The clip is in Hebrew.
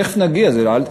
תכף נגיע לזה.